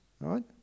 right